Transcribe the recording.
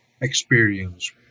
experience